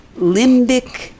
limbic